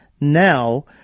now